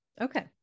Okay